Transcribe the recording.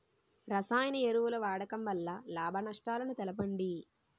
రసాయన ఎరువుల వాడకం వల్ల లాభ నష్టాలను తెలపండి?